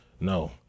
No